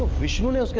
vishnu